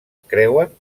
creuen